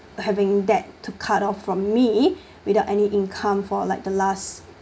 having that to cut off from me without any income for like the last